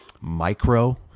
micro